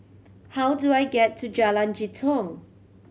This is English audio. how do I get to Jalan Jitong